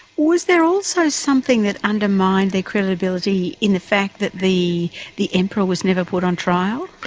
was there also something that undermined their credibility in the fact that the the emperor was never put on trial?